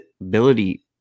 ability